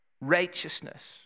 Righteousness